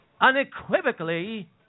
Unequivocally